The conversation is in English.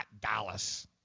Dallas